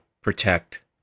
protect